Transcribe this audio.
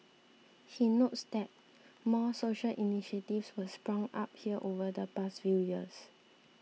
he notes that more social initiatives were sprung up here over the past few years